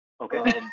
Okay